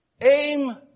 Aim